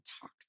talk